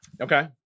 Okay